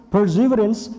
Perseverance